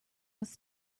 was